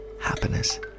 happiness